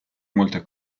molte